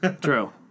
true